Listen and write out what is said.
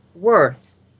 worth